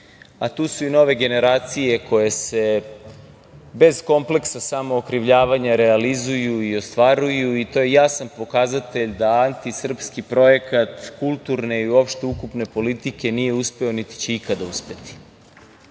a tu su i nove generacije koje se bez kompleksa samookrivljavanja realizuju i ostvaruju i to je jasna pokazatelj da antisrpski projekat kulturne i uopšte ukupne politike nije uspeo niti će ikada